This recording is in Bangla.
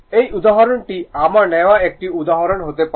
এই উদাহরণটি আমার নেওয়া একটি উদাহরণ হতে পারে